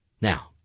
Now